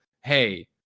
hey